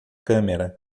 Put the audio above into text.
câmera